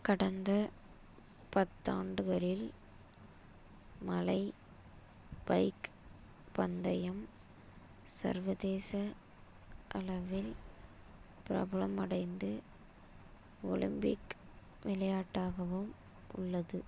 கடந்த பத்தாண்டுகளில் மலை பைக் பந்தயம் சர்வதேச அளவில் பிரபலமடைந்து ஒலிம்பிக் விளையாட்டாகவும் உள்ளது